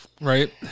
Right